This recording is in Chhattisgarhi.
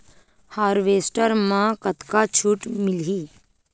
हारवेस्टर म कतका छूट मिलही?